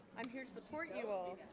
i'm here to support you all